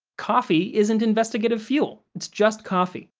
coffee isn't investigative fuel, it's just coffee.